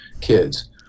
kids